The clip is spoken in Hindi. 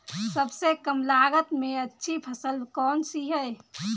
सबसे कम लागत में अच्छी फसल कौन सी है?